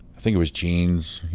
think it was jeans. you